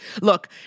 Look